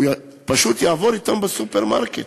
הוא יעבור אתם בסופרמרקט.